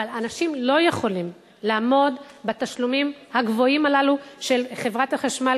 אבל אנשים לא יכולים לעמוד בתשלומים הגבוהים הללו של חברת החשמל